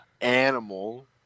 animal